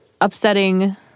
upsetting